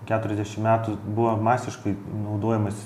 keturiasdešimt metų buvo masiškai naudojamas